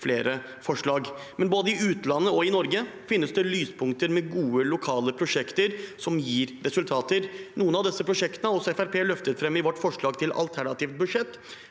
siste året. Men både i utlandet og i Norge finnes det lyspunkter med gode lokale prosjekter som gir resultater. Noen av disse prosjektene har også Fremskrittspartiet løftet fram i vårt forslag til alternativt budsjett.